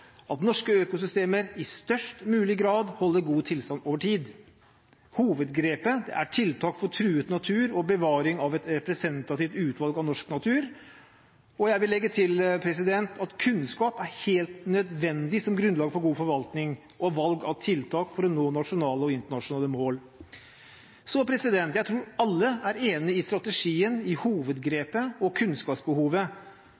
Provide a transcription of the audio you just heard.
at norske økosystemer i størst mulig grad holder god tilstand over tid. Hovedgrepet er tiltak for truet natur og bevaring av et representativt utvalg av norsk natur, og jeg vil legge til at kunnskap er helt nødvendig som grunnlag for god forvaltning og valg av tiltak for å nå nasjonale og internasjonale mål. Jeg tror alle er enig i strategien,